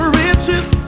riches